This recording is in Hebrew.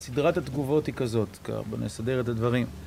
סדרת התגובות היא כזאת, ככה בוא נסדר את הדברים.